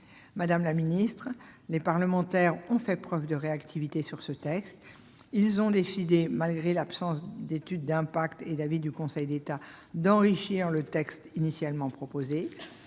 Madame la secrétaire d'État, les parlementaires ont fait preuve de réactivité. Ils ont décidé, malgré l'absence d'étude d'impact et d'avis du Conseil d'État, d'enrichir le texte initialement proposé.